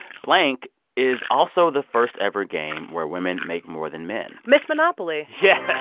blank is also the first-ever game where women make more than men. ms. monopoly yeah